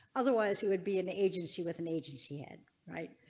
otherwise. he would be an agency with an agency in right.